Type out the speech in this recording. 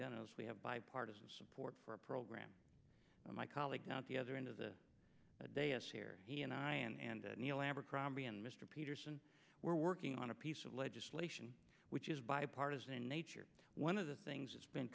done as we have bipartisan support for a program and my colleagues out the other end of the day is here he and i and neil abercrombie and mr peterson were working on a piece of legislation which is bipartisan in nature one of the things that's been